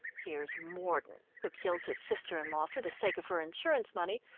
here's morden, who kills his sister-in-law for the sake of her insurance money,